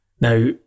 Now